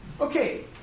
okay